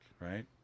Right